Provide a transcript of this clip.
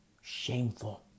Shameful